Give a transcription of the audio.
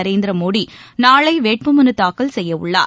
நரேந்திரமோடி நாளை வேட்புமனு தாக்கல் செய்யவுள்ளார்